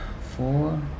Four